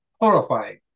horrifying